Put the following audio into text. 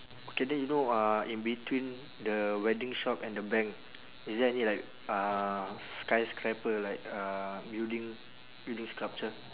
okay then you know uh in between the wedding shop and the bank is there any like uh skyscraper like uh building building structure